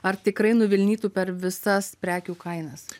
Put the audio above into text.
ar tikrai nuvilnytų per visas prekių kainas